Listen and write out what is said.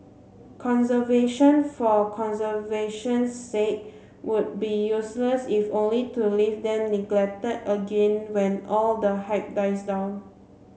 conservation for conservation's sake would be useless if only to leave them neglected again when all the hype dies down